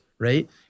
right